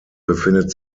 befindet